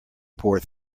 poor